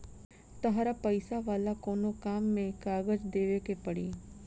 तहरा पैसा वाला कोनो काम में कागज देवेके के पड़ी